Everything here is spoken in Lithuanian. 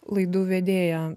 laidų vedėja